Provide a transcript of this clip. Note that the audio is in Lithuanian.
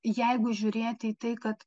jeigu žiūrėti į tai kad